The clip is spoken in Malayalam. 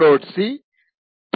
c T1